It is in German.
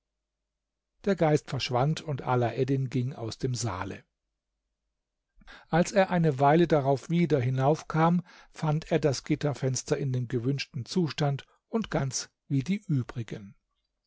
der geist verschwand und alaeddin ging aus dem saale als er eine weile darauf wieder hinaufkam fand er das gitterfenster in dem gewünschten zustand und ganz wie die übrigen